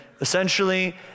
Essentially